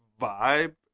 vibe